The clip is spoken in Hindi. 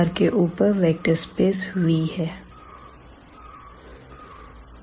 R के ऊपर वेक्टर स्पेस Vहै